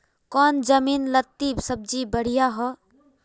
कौन जमीन लत्ती सब्जी बढ़िया हों?